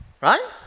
right